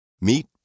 Meet